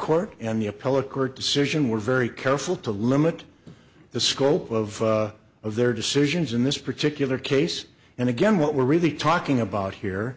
court and the appellate court decision were very careful to limit the scope of of their decisions in this particular case and again what we're really talking about here